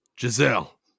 Giselle